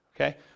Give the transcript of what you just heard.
okay